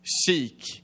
Seek